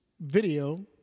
video